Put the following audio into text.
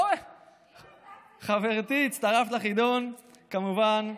אוה, חברתי, הצטרפת לחידון, כמובן.